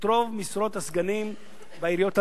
את רוב משרות הסגנים בעיריות הללו.